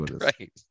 Right